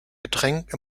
getränk